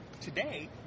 today